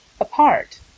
apart